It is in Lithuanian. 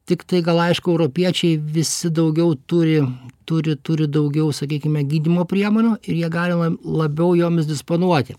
tiktai gal aišku europiečiai visi daugiau turi turi turi daugiau sakykime gydymo priemonių ir jie gali labiau jomis disponuoti